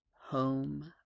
home